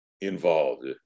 involved